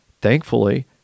Thankfully